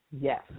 yes